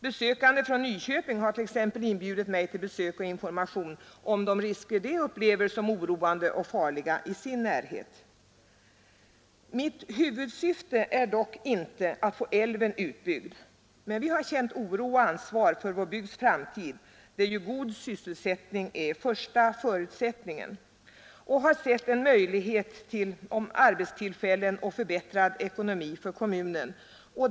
Personer från Nyköping har t.ex. inbjudit mig till besök och information om de risker de upplever som oroande och farliga i sin närhet. Mitt huvudsyfte är dock inte att få älven utbyggd. Men vi har känt oro och ansvar för vår bygds framtid. God sysselsättning är den första förutsättningen, och vi har sett en möjlighet till arbetstillfällen och förbättrad ekonomi för kommunen.